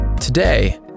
Today